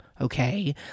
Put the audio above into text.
Okay